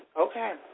Okay